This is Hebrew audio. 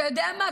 אתה יודע מה?